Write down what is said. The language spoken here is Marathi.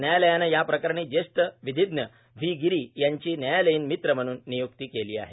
न्यायालयानं या प्रकरणी ज्येष्ठ विधीज्ञ व्ही गिरी यांची न्यायालयीन मित्र म्हणून निय्क्ती केली आहे